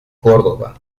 córdoba